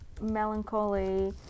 melancholy